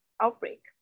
outbreak